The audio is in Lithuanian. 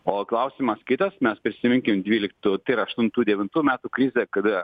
o klausimas kitas mes prisiminkim dvyliktų tai yra aštuntų devintų metų krizę kada